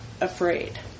afraid